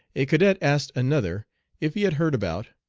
a cadet asked another if he had heard about,